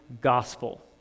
gospel